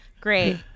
Great